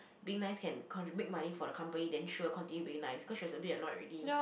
being nice can con~ make money for the company then sure continue being nice cause she was a bit annoyed already